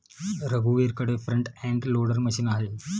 रघुवीरकडे front end loader machine आहे